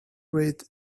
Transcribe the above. read